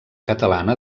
catalana